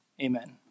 Amen